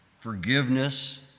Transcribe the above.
forgiveness